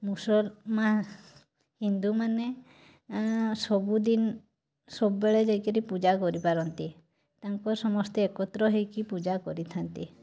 ମୁସଲମାନ ହିନ୍ଦୁମାନେ ସବୁଦିନ ସବୁବେଳେ ଯାଇକିରି ପୂଜା କରିପାରନ୍ତି ତାଙ୍କ ସମସ୍ତେ ଏକତ୍ର ହେଇକି ପୂଜା କରିଥାନ୍ତି